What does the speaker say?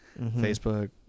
Facebook